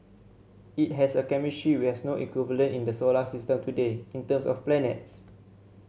it has a chemistry we has no equivalent in the solar system today in terms of planets